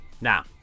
Now